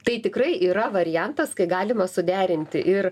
tai tikrai yra variantas kai galima suderinti ir